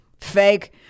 fake